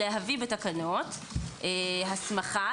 להביא בתקנות הסמכה,